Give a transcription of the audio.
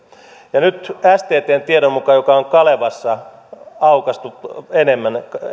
ja nyt sttn tiedon mukaan jota on sanomalehti kalevassa aukaistu enemmän